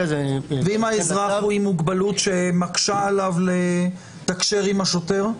נניח שהאזרח עם מוגבלות שמקשה עליו לתקשר עם השוטר?